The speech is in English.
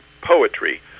poetry